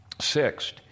Sixth